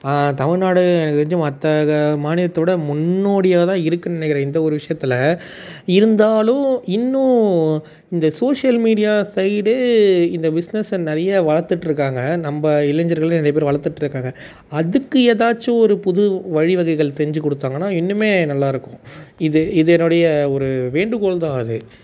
தமிழ்நாடு எனக்கு தெரிஞ்சு மற்ற மாநிலத்தோடு முன்னோடியாக தான் இருக்குன்னு நெனைக்கிறேன் இந்த ஒரு விஷயத்துல இருந்தாலும் இன்னும் இந்த சோசியல் மீடியா சைடு இந்த பிஸ்னஸை நிறையா வளர்த்துட்ருக்காங்க நம்ம இளைஞர்கள் நிறைய பேர் வளர்த்துட்ருக்காங்க அதுக்கு எதாச்சும் ஒரு பொது வழிவகைகள் செஞ்சு கொடுத்தாங்கன்னா இன்னும் நல்லா இருக்கும் இது இது என்னுடைய ஒரு வேண்டுகோள் தான் அது